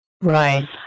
Right